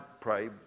pray